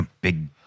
big